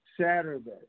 Saturday